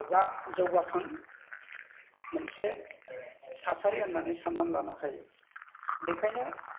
जा जौगाखां मोनसे थासारि होननानै साननानै लानो हायो बेखायनो